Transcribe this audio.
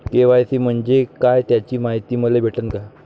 KYC म्हंजे काय त्याची मायती मले भेटन का?